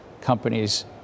companies